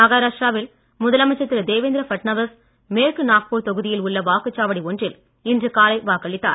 மஹாராஷ்டிரா வில் தேவேந்திர பட்நவிஸ் மேற்கு நாக்பூர் தொகுதியில் உள்ள வாக்குச் சாவடி ஒன்றில் இன்று காலை வாக்களித்தார்